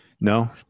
No